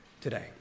today